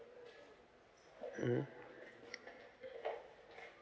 um